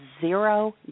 Zero